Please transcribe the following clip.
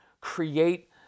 create